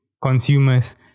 consumers